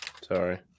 Sorry